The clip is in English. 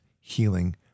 healing